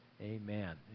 amen